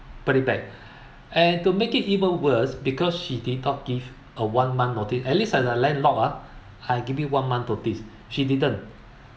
put it back and to make it even worse because she did not give a one month notice at least ah the landlord ah has give you one month notice she didn't